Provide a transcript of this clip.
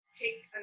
take